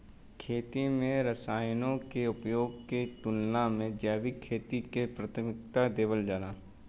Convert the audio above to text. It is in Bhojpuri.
खेती में रसायनों के उपयोग के तुलना में जैविक खेती के प्राथमिकता देवल जाला